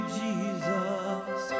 jesus